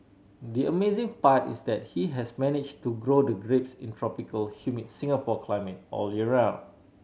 the amazing part is that he has managed to grow the grapes in tropical humid Singapore climate all year round